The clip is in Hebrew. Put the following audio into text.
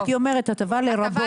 הייתי אומרת הטבה לרבות.